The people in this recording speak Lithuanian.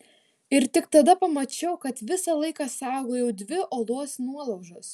ir tik tada pamačiau kad visą laiką saugojau dvi uolos nuolaužas